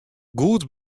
goed